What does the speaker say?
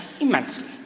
immensely